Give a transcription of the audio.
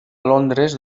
londres